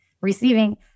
receiving